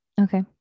Okay